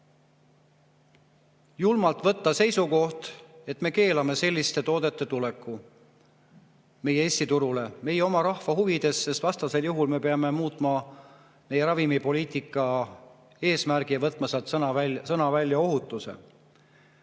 julmalt võtta seisukoht, et me keelame selliste toodete tuleku Eesti turule, meie oma rahva huvides, sest vastasel juhul me peame muutma meie ravimipoliitika eesmärki ja võtma sealt välja sõna "ohutus".